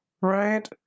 Right